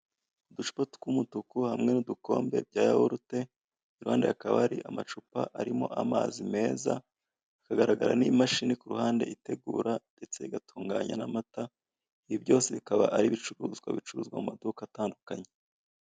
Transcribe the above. Uducupa tw'umutuku hamwe n'udukombe bya yahurute, iruhande hakaba hari amacupa arimo amazi meza, hakagaragara n'imashini ku ruhande itegura ndetse igatunganya n'amata, ibi byose bikaba ari ibicuruzwa bicuruzwa mu maduka atandukanye.